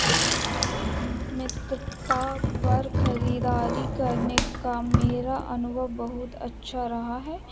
मिंत्रा पर खरीदारी करने का मेरा अनुभव बहुत अच्छा रहा है